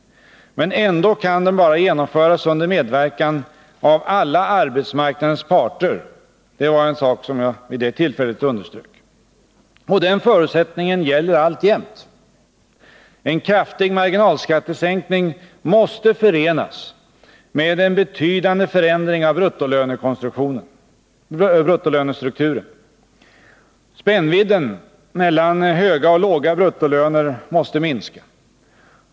Men ändå kan den bara genomföras under medverkan av alla arbetsmarknadens parter — det var en sak som jag vid det tillfället underströk. Den förutsättningen gäller alltjämt. En kraftig marginalskattesänkning måste förenas med en betydande förändring av bruttolönestrukturen. Spännvidden mellan höga och låga bruttolöner måste minska.